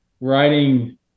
writing